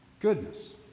goodness